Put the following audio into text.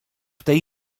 tej